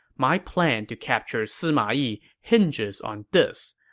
my plan to capture sima yi hinges on this.